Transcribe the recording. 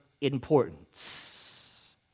importance